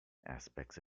aspects